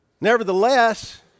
Nevertheless